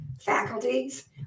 faculties